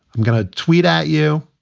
i'm gonna tweet at you.